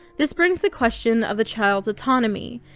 this brings the question of the child's autonomy.